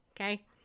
okay